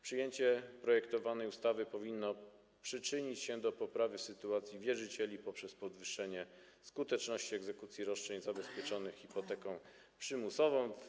Przyjęcie projektowanej ustawy powinno przyczynić się do poprawy sytuacji wierzycieli poprzez zwiększenie skuteczności egzekucji roszczeń zabezpieczanych hipoteką przymusową.